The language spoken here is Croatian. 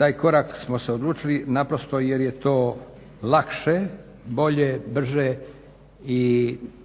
Taj korak smo se odlučili naprosto jer je to lakše, bolje, brže i